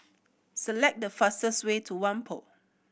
select the fastest way to Whampoa